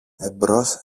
εμπρός